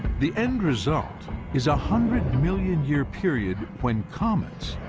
the end result is a hundred-million-year period when comets,